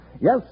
Yes